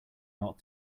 not